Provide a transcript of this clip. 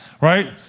Right